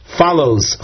follows